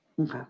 okay